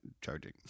charging